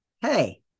hey